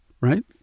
right